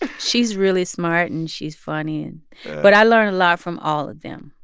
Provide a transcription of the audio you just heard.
and she's really smart, and she's funny and but i learn a lot from all of them.